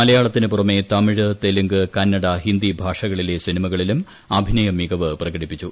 മലയാളത്തിന് പുറമേ തമിഴ് തെലുങ്ക് കന്നട ഹിന്ദി ഭാഷകളിലെ സിനിമകളിലും അഭിനയ മികവ് പ്രകടിപ്പിച്ചു